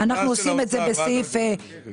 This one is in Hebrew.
אנחנו עושים את זה בסעיף כללי.